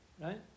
right